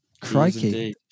Crikey